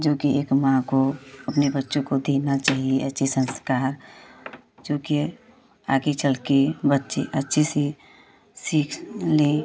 जोकि एक माँ को अपने बच्चों को देना चाहिए अच्छे संस्कार जोकि आगे चल के बच्चे अच्छे से सीख लें